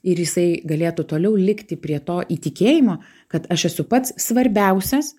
ir jisai galėtų toliau likti prie to įtikėjimo kad aš esu pats svarbiausias